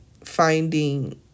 finding